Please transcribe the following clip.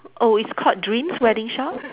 oh it's called dreams wedding shop